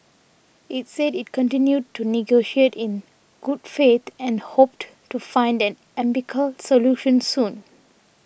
it said it continued to negotiate in good faith and hoped to find an amicable solution soon